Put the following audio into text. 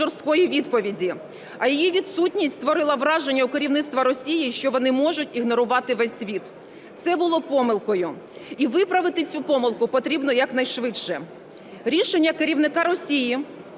жорсткої відповіді, а її відсутність створила враження у керівництва Росії, що вони можуть ігнорувати весь світ. Це було помилкою і виправити цю помилку потрібно якнайшвидше. Рішення керівника Росії